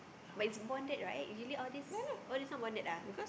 but is bonded right usually all this oh this not bonded ah